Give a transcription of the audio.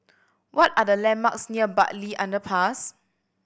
what are the landmarks near Bartley Underpass